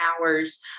hours